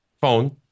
phone